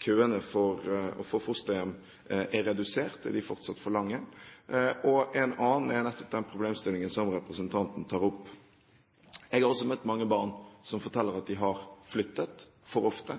køene for å få fosterhjem er redusert, er de fortsatt for lange. Et annet er nettopp den problemstillingen som representanten tar opp. Jeg har også møtt mange barn som forteller at de har flyttet for ofte.